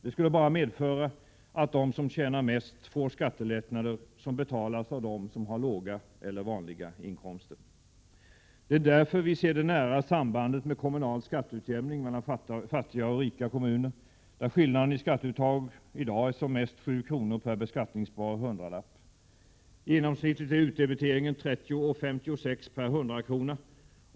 Det skulle bara medföra att de som tjänar mest får skattelättnader som betalas av dem som har låga eller vanliga inkomster. Det är därför vi ser det nära sambandet med kommunal skatteutjämning mellan fattiga och rika kommuner, där skillnaden i skatteuttag i dag som mest är 7 kr. per beskattningsbar hundralapp. Genomsnittligt är utdebiteringen 30:56 per ”hundrakrona”.